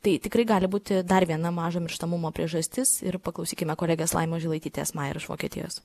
tai tikrai gali būti dar viena mažo mirštamumo priežastis ir paklausykime kolegės laimos žilaitytės maer iš vokietijos